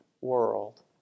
world